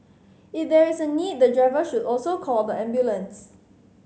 if there is a need the driver should also call the ambulance